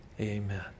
amen